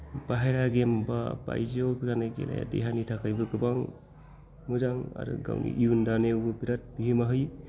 बाहेरा गेम बा बायजोआव जानाय गेलेनाया देहानि थाखायबो गोबां मोजां आरो गावनि इयुन दानायावबो बिराद बिहोमा होयो